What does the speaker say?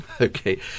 Okay